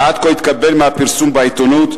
שעד כה התקבל מהפרסום בעיתונות,